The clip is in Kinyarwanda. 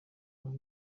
aho